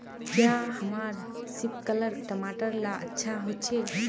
क्याँ हमार सिपकलर टमाटर ला अच्छा होछै?